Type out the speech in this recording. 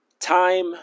Time